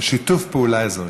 שיתוף פעולה אזורי.